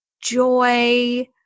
joy